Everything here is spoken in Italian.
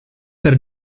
per